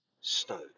snow